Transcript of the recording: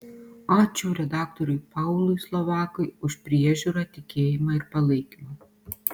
ačiū redaktoriui paului slovakui už priežiūrą tikėjimą ir palaikymą